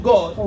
God